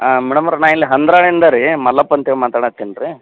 ಮೇಡಮ್ಮವ್ರೇ ನಾ ಇಲ್ಲಿ ಹಂದ್ರಾಳಿಂದ ರೀ ಮಲ್ಲಪ್ಪ ಅಂತ್ಹೇಳಿ ಮಾತಾಡುತ್ತೀನ್ರಿ